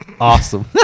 Awesome